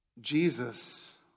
Jesus